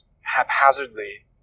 haphazardly